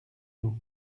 nous